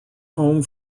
home